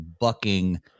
bucking